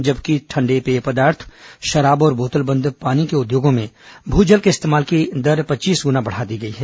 जबकि ठंडे पेय पदार्थ शराब और बोतल बंद पानी के उद्योगों में भू जल के इस्तेमाल की दर पच्चीस गुना बढ़ा दी गई है